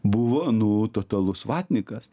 buvo nu totalus vatnikas